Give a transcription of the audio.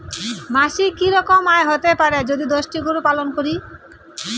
মাসিক কি রকম আয় হতে পারে যদি দশটি গরু পালন করি?